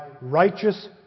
righteous